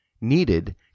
needed